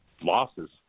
losses